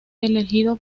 elegido